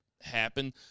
happen